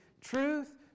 truth